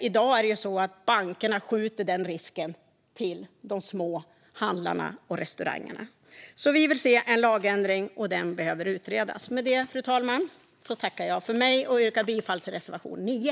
I dag skjuter bankerna den risken till de små handlarna och restaurangerna. Vi vill alltså se en lagändring, och en sådan behöver utredas. Fru talman! Jag tackar för mig och yrkar bifall till reservation 9.